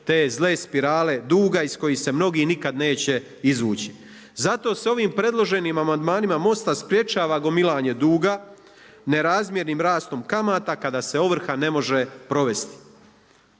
te zle spirale duga iz kojih se mnogi nikad neće izvući. Zato se ovim predloženim amandmanima MOST-a sprječava gomilanje duga nerazmjernim rastom kamata kada se ovrha ne može provesti.